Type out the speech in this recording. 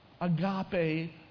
Agape